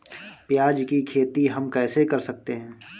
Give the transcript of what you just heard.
प्याज की खेती हम कैसे कर सकते हैं?